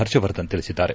ಪರ್ಷವರ್ಧನ್ ತಿಳಿಸಿದ್ದಾರೆ